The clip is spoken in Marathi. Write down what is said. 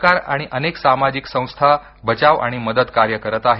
सरकार आणि अनेक सामाजिक संस्था बचाव आणि मदत कार्य करत आहेत